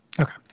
okay